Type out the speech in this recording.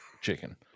chicken